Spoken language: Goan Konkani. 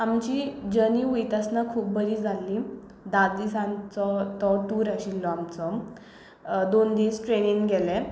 आमची जर्नी वयतां आसतना खूब बरी जाल्ली धा दिसांचो तो टूर आशिल्लो आमचो दोन दिस ट्रेनिंन गेले